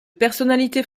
personnalités